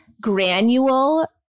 granule